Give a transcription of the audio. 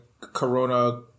corona